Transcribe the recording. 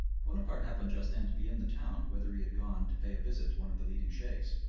bonaparte happened just then to be in the town, whither he had gone to pay a visit to one of the leading sheikhs,